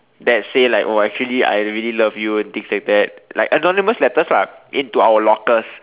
that say like oh actually like I really love you things like that like anonymous letters lah into our lockers